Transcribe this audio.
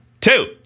two